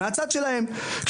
מהצד שלהם.